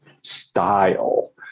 style